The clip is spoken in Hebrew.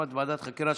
מסקנות ועדת החינוך,